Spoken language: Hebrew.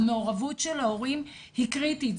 המעורבות של ההורים היא קריטית.